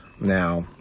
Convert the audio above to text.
Now